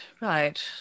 right